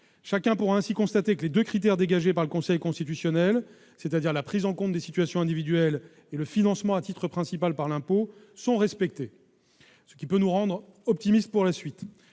Chacun pourra le constater, les deux critères dégagés par le Conseil constitutionnel, à savoir la prise en compte des situations individuelles et le financement à titre principal par l'impôt, sont respectés, ce qui peut nous rendre optimistes pour la suite.